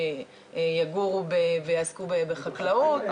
שיגורו ויעסקו בחקלאות.